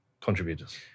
contributors